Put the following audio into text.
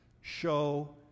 show